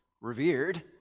revered